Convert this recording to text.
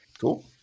Cool